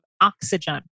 oxygen